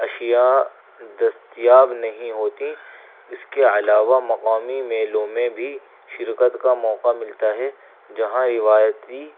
اشیاء دستیاب نہیں ہوتیں اس کے علاوہ مقامی میلوں میں بھی شرکت کا موقع ملتا ہے جہاں روایتی